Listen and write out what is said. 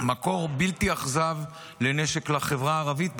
מקור בלתי אכזב לנשק לחברה הערבית,